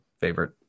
favorite